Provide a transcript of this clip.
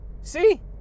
See